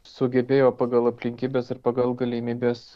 sugebėjo pagal aplinkybes ir pagal galimybes